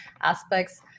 aspects